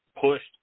pushed